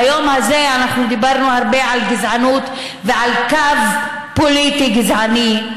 והיום הזה אנחנו דיברנו הרבה על גזענות ועל קו פוליטי גזעני,